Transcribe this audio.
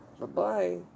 Bye-bye